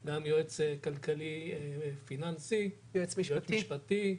גם יועץ כלכלי פיננסי, יועץ משפטי,